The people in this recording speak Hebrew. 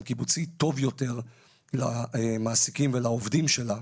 קיבוצי טוב יותר למעסיקים ולעובדים שלה,